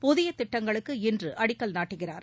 புதிய திட்டங்களுக்கு இன்று அடிக்கல் நாட்டுகிறார்